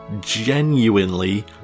genuinely